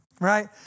right